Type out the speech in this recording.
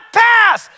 pass